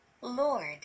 Lord